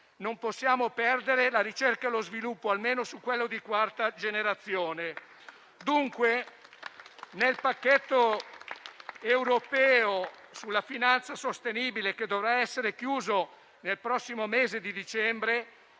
non possiamo perdere la ricerca e lo sviluppo, almeno su quello di quarta generazione. Dunque, nel pacchetto europeo sulla finanza sostenibile, che dovrà essere chiuso nel prossimo mese di dicembre,